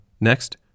Next